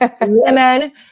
women